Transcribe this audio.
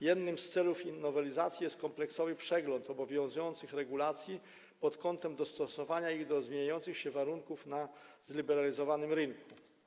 Jednym z celów tej nowelizacji jest kompleksowy przegląd obowiązujących regulacji pod kątem dostosowania ich do zmieniających się warunków na zliberalizowanym rynku.